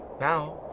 now